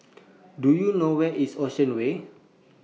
Do YOU know Where IS Ocean Way